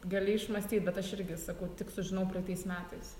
gali išmąstyt bet aš irgi sakau tik sužinojau praeitais metais